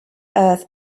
earth